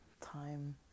time